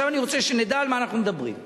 אני רוצה שנדע על מה אנחנו מדברים,